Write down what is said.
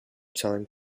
time